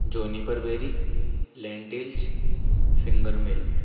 juniper berry lentils finger milt